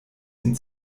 ihn